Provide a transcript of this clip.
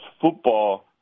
football